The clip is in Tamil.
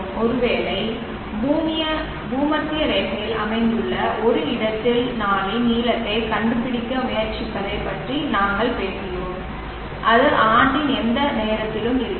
ஒரு வேளை பூமத்திய ரேகையில் அமைந்துள்ள ஒரு இடத்தில் நாளின் நீளத்தைக் கண்டுபிடிக்க முயற்சிப்பதைப் பற்றி நாங்கள் பேசுகிறோம் அது ஆண்டின் எந்த நேரத்திலும் இருக்கலாம்